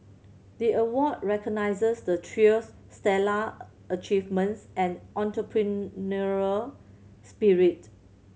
the award recognises the trio's stellar achievements and entrepreneurial spirit